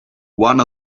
one